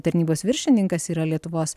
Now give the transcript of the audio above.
tarnybos viršininkas yra lietuvos